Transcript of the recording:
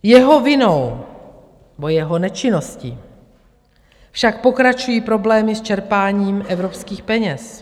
Jeho vinou, nebo jeho nečinností, však pokračují problémy s čerpáním evropských peněz.